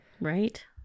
Right